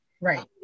Right